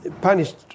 punished